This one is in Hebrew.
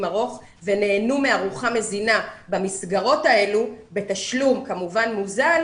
ארוך ונהנו מארוחה מזינה במסגרות האלה בתשלום כמובן מוזל,